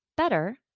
better